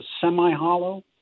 semi-hollow